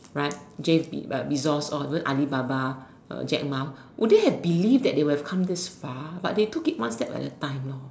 right Je~ Jeff-Bezos all those Alibaba uh Jack-Ma would they have believed that they will come this far but they took it one step at a time know